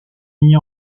mis